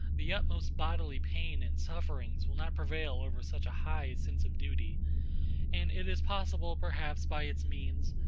the utmost bodily pain and sufferings will not prevail over such a high sense of duty and it is possible, perhaps, by its means,